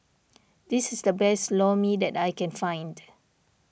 this is the best Lor Mee that I can find